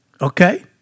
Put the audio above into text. okay